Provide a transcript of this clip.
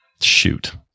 Shoot